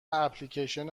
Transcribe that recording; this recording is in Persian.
اپلیکیشن